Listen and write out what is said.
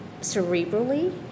cerebrally